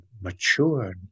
mature